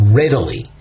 readily